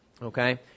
Okay